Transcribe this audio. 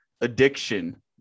addiction